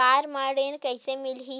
Car म ऋण कइसे मिलही?